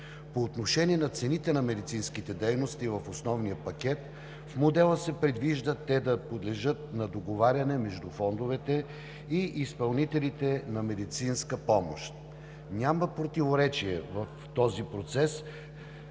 По отношение на цените на медицинските дейности в основния пакет в модела се предвижда те да подлежат на договаряне между фондовете и изпълнителите на медицинска помощ. Няма противоречие в този процес